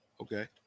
okay